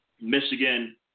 Michigan